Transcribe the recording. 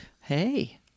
Hey